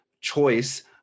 choice